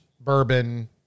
bourbon